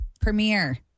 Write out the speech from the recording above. premiere